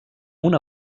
una